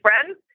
friends